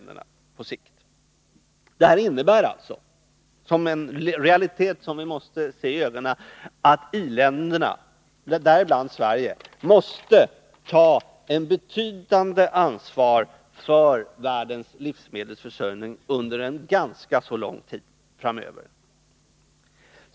Detta innebär att den realitet vi måste ha för ögonen är att i-länderna, däribland Sverige, måste ta ett betydande ansvar för världens livsmedelsförsörjning under en lång tid framöver.